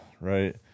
right